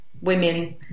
women